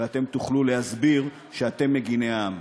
ואתם תוכלו להסביר שאתם מגיני העם.